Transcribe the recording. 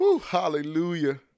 Hallelujah